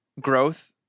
growth